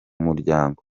muryango